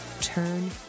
Turn